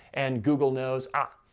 and google knows, ah,